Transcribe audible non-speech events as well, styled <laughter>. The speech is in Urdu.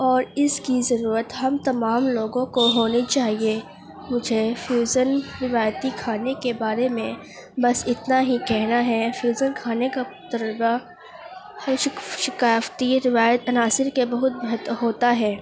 اور اس کی ضروت ہم تمام لوگوں کو ہونی چاہیے مجھے فیوزن روایتی کھانے کے بارے میں بس اتنا ہی کہنا ہے فیوزن کھانے کا تجربہ <unintelligible> ثقافتی روایت عناصر کے بہت مہتو ہوتا ہے